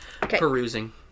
perusing